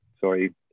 sorry